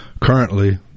Currently